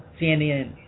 CNN